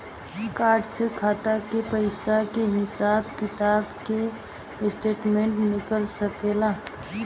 Card से खाता के पइसा के हिसाब किताब के स्टेटमेंट निकल सकेलऽ?